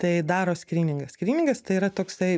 tai daro skryningą skryningas tai yra toksai